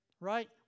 Right